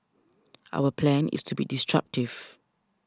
our plan is to be disruptive